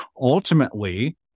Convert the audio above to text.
ultimately